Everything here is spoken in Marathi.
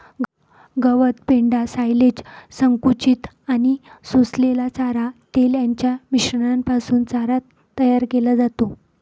गवत, पेंढा, सायलेज, संकुचित आणि सोललेला चारा, तेल यांच्या मिश्रणापासून चारा तयार केला जातो